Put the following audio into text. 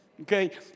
Okay